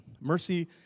Mercy